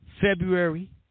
February